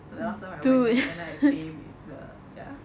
the last time I went there and I pay with the ya